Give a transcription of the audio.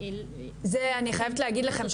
--- זה אני חייבת להגיד לכם,